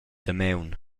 damaun